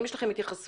אם יש לכם התייחסות,